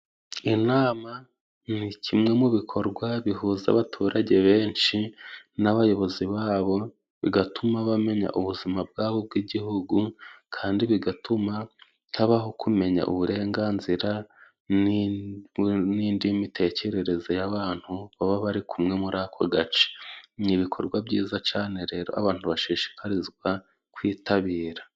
Inama ni kimwe mu bikorwa bihuza abaturage benshi n'abayobozi babo, bigatuma bamenya ubuzima bwabo bw'igihugu kandi bigatuma habaho kumenya uburenganzira n'i nu n'indi mitekerereze y'abantu baba bari kumwe muri ako gace. Ni ibikorwa byiza cane rero abantu bashishikarizwa kwitabira.